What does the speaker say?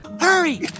Hurry